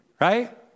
right